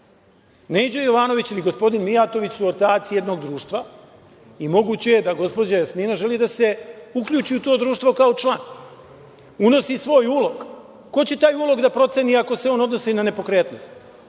Neđo Jovanović ili gospodin Mijatović su ortaci jednog društva i moguće je da gospođa Jasmina želi da se uključi u to društvo kao član. Unosi svoj ulog, ko će taj ulog da proceni ako se on odnosi na nepokretnost?